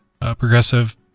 progressive